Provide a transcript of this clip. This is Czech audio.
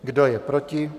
Kdo je proti?